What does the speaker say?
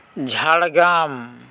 Jhargram